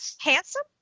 Handsome